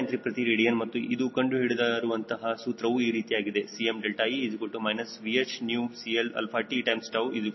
94 ಪ್ರತಿ ರೇಡಿಯನ್ ಮತ್ತು ಇಂದು ಕಂಡುಹಿಡಿದ ಇರುವಂತಹ ಸೂತ್ರವು ಈ ರೀತಿಯಾಗಿದೆ Cme −𝑉H𝜂CLt𝜏 −0